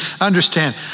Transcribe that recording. understand